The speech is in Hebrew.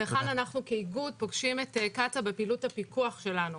והיכן אנחנו כאיגוד פוגשים את קצא"א בפעילות הפיקוח שלנו.